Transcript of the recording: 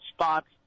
spots